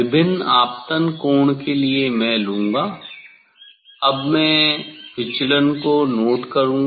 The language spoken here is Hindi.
विभिन्न आपतन कोण के लिए मैं लूंगा अब मैं विचलन को नोट करूंगा